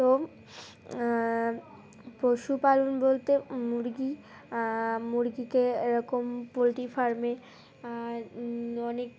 তো পশুপালন বলতে মুরগি মুরগিকে এরকম পোলট্রি ফার্মে অনেক